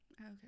Okay